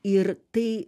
ir tai